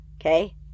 Okay